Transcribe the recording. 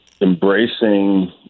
embracing